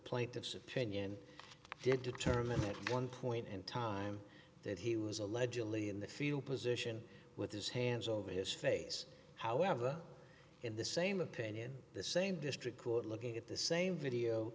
plaintiff's opinion did determine at one point in time that he was allegedly in the field position with his hands over his face however in the same opinion the same district court looking at the same video